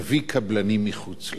נביא קבלנים מחוץ-לארץ.